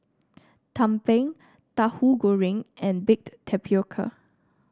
tumpeng Tahu Goreng and Baked Tapioca